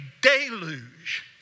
deluge